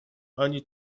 ani